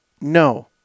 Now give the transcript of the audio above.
No